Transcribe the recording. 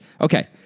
Okay